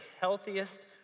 healthiest